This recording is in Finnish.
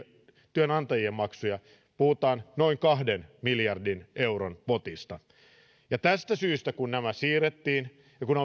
työnantajien maksuja puhutaan noin kahden miljardin euron potista tästä syystä kun nämä siirrettiin ja kun